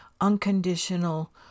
unconditional